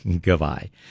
Goodbye